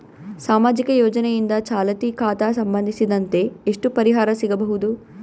ಸಾಮಾಜಿಕ ಯೋಜನೆಯಿಂದ ಚಾಲತಿ ಖಾತಾ ಸಂಬಂಧಿಸಿದಂತೆ ಎಷ್ಟು ಪರಿಹಾರ ಸಿಗಬಹುದು?